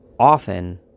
often